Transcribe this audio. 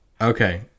Okay